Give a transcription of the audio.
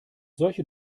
solche